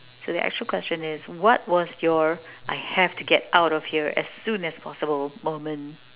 so the actual question is what was your I have to get out of here as soon as possible moment